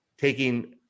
taking